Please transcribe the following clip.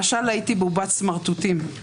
משל הייתי בובת סמרטוטים.